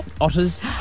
Otters